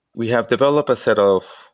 we have developed a set of